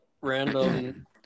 random